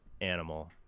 animal